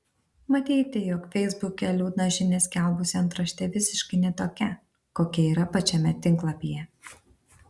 matyti jog feisbuke liūdną žinią skelbusi antraštė visiškai ne tokia kokia yra pačiame tinklapyje